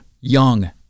Young